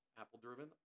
Apple-driven